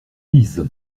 lisent